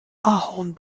ahorn